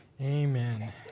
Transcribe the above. Amen